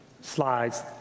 slides